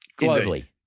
globally